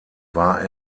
war